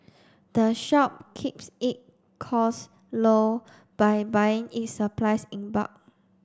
the shop keeps it cost low by buying its supplies in bulk